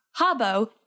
Habo